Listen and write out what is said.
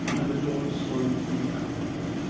and the door swung to after her.